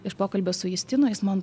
iš pokalbio su justinu jis man